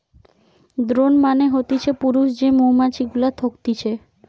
drone মানে হতিছে পুরুষ যে মৌমাছি গুলা থকতিছে